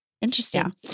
Interesting